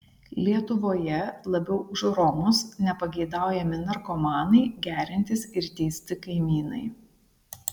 lietuvoje labiau už romus nepageidaujami narkomanai geriantys ir teisti kaimynai